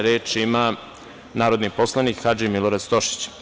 Reč ima narodni poslanik Hadži Milorad Stošić.